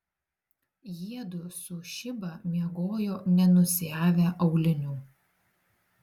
jiedu su šiba miegojo nenusiavę aulinių